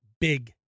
big